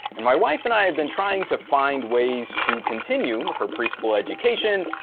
and my wife and i have been trying to find ways to continue her preschool education,